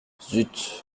zut